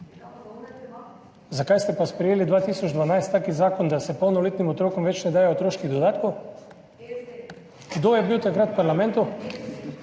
Zakaj ste pa sprejeli leta 2012 zakon, da se polnoletnim otrokom več ne daje otroških dodatkov? Kdo je bil takrat v parlamentu?